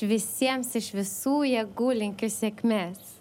visiems iš visų jėgų linkiu sėkmės